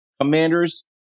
Commanders